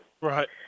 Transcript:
Right